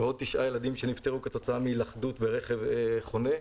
ועוד תשעה ילדים שנפטרו כתוצאה מהילכדות ברכב חונה.